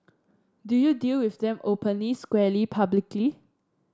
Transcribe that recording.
do you deal with them openly squarely publicly